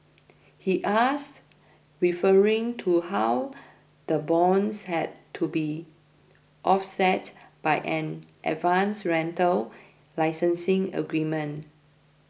he asked referring to how the bonds had to be offset by an advance rental licensing agreement